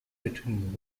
between